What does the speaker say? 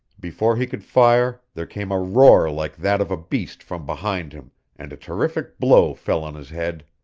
before he could fire there came a roar like that of a beast from behind him and a terrific blow fell on his head.